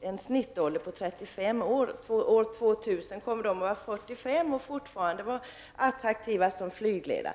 De har en snittålder på 35 år. År 2000 kommer de att vara 45 år och fortfarande vara attraktiva som flygledare.